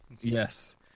Yes